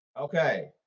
Okay